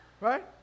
right